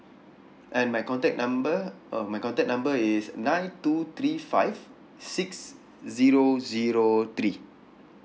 and my contact number uh my contact number is nine two three five six zero zero three